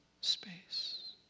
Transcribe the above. space